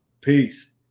Peace